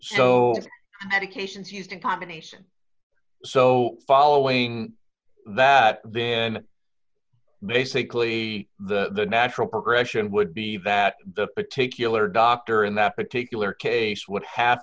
that occasions used a combination so following that then basically the natural progression would be that the particular doctor in that particular case would have